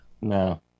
No